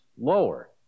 lower